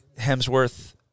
Hemsworth